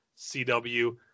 CW